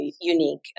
unique